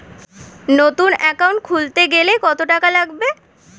নতুন একাউন্ট খুলতে গেলে কত টাকা লাগবে?